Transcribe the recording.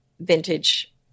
vintage